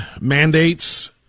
mandates